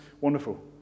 wonderful